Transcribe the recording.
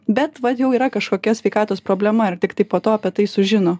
bet vat jau yra kažkokia sveikatos problema ar tiktai po to apie tai sužino